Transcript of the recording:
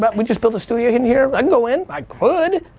but we just built a studio in here, i can go in, i could.